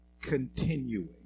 continuing